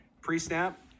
pre-snap